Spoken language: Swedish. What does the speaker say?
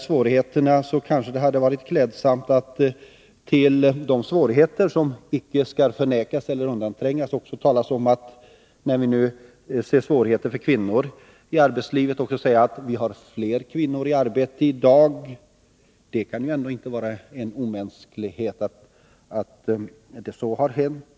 Svårigheterna skall inte förnekas eller undanträngas, men när man nu ser svårigheterna för kvinnorna i arbetslivet hade det kanske varit klädsamt att notera att vi har fler kvinnor i arbete i dag. Det kan ändå inte vara omänskligt att det har blivit så.